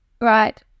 right